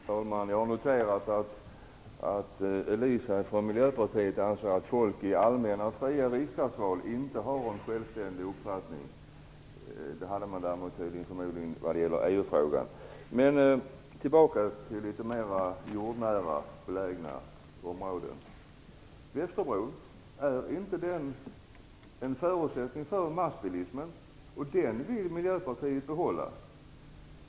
Herr talman! Jag har noterat att Elisa Abascal Reyes från Miljöpartiet anser att människor i allmänna och fria riksdagsval inte har en självständig uppfattning men däremot förmodligen har det i EU Men tillbaka till litet mera jordnära områden. Är inte Västerbron en förutsättning för massbilismen? Den vill Miljöpartiet behålla.